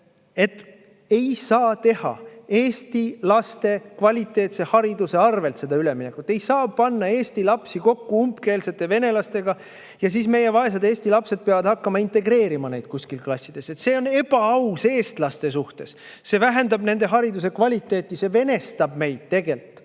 Ei saa teha eesti laste kvaliteetse hariduse arvel seda üleminekut! Ei saa panna eesti lapsi kokku umbkeelsete venelastega. Ja siis meie vaesed eesti lapsed peavad hakkama integreerima neid kuskil klassides. See on ebaaus eestlaste suhtes, see vähendab nende hariduse kvaliteeti, see venestab meid tegelikult.